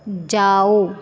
जाओ